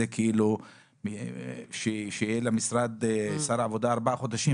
כדי שיהיו לשר העבודה ארבעה חודשים.